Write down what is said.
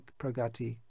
pragati